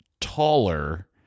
taller